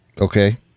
Okay